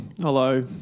hello